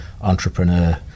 entrepreneur